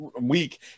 week